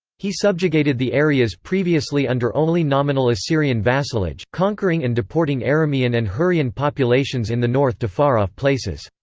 he subjugated the areas previously under only nominal assyrian vassalage, conquering and deporting aramean and hurrian populations in the north to far-off places.